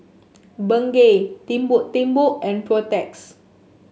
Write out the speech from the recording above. Bengay Timbuk Timbuk and Protex